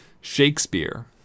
Shakespeare